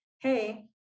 hey